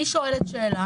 אני שואלת שאלה